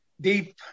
deep